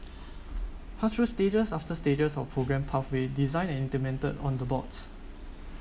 after stages after stages of programme pathway design and implemented on the bots